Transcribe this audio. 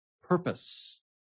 purpose